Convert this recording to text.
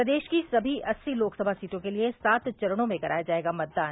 प्रदेश की सभी अस्सी लोकसभा सीटो के लिए सात चरणो में कराया जायेगा मतदान